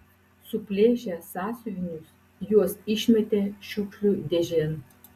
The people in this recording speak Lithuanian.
suplėšę sąsiuvinius juos išmetė šiukšlių dėžėn